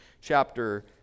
chapter